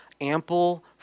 ample